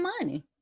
money